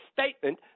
statement